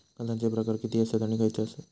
खतांचे प्रकार किती आसत आणि खैचे आसत?